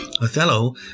Othello